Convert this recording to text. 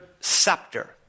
scepter